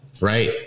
Right